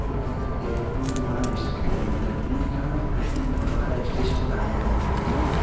उन कैब में मां ईस्ट कटनीअ खां कटनी मुड़वारा स्टेशन ताणी पोइ वञणु चाहियां